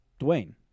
Dwayne